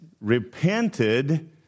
repented